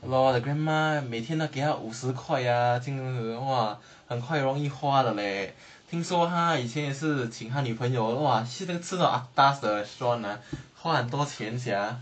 ya lor the grandma 每天都给五十块 ah think !wah! 很快容易花的 leh 听说他以前也是请他女朋友 !wah! 去吃那些 atas 的 restaurant ah 花很多钱 sia